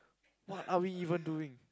what are we even doing